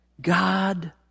God